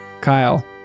Kyle